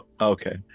okay